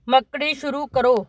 ਮੱਕੜੀ ਸ਼ੁਰੂ ਕਰੋ